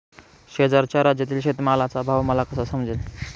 शेजारच्या राज्यातील शेतमालाचा भाव मला कसा समजेल?